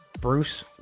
bruce